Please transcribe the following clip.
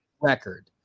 record